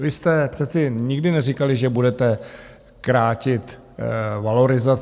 Vy jste přece nikdy neříkali, že budete krátit valorizaci.